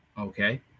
Okay